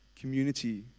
community